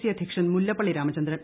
C അധ്യക്ഷൻ മുല്ലപ്പള്ളി രാമചന്ദ്രൻ